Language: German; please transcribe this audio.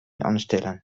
anstellen